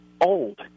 old